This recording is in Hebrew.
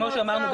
כמו שאמרנו,